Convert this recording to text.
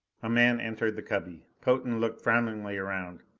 a man entered the cubby. potan looked frowningly around.